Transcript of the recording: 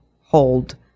hold